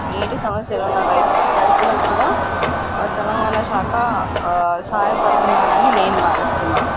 నీటి సమస్యలు ఉన్న రైతులకు కూడా తెలంగాణాశాఖ సహాయపడుతున్నారని నేను భావిస్తున్నాను